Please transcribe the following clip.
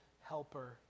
helper